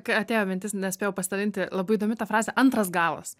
kai atėjo mintis nespėjau pasidalinti labai įdomi ta frazė antras galas